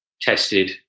tested